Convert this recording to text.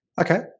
Okay